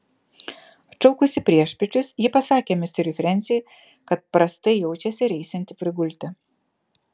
atšaukusi priešpiečius ji pasakė misteriui frensiui kad prastai jaučiasi ir eisianti prigulti